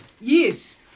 Yes